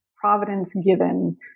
providence-given